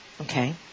Okay